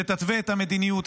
שתתווה את המדיניות,